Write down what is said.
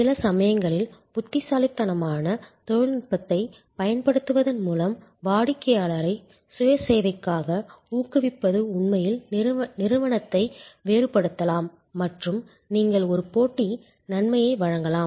சில சமயங்களில் புத்திசாலித்தனமான தொழில்நுட்பத்தைப் பயன்படுத்துவதன் மூலம் வாடிக்கையாளரை சுய சேவைக்காக ஊக்குவிப்பது உண்மையில் நிறுவனத்தை வேறுபடுத்தலாம் மற்றும் நீங்கள் ஒரு போட்டி நன்மையை வழங்கலாம்